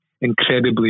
incredibly